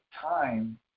time